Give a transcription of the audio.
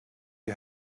you